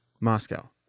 Moscow